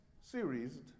series